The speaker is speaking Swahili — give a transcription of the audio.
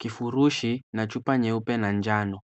Kifurushi na chupa nyeupe na njano.